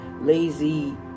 lazy